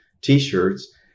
T-shirts